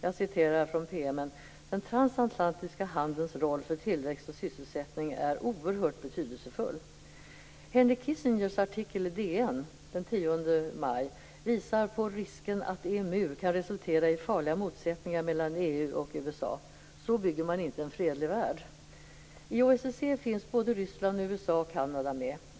Jag citerar från PM:en: "Den transatlantiska handelns roll för tillväxt och sysselsättning är oerhört betydelsefull." Henry Kissingers artikel i DN den 10 maj visar på risken att EMU kan resultera i farliga motsättningar mellan EU och USA. Så bygger man inte en fredlig värld. I OSSE finns såväl Ryssland som USA och Kanada med.